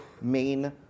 main